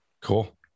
cool